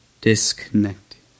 Disconnected